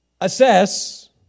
assess